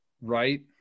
right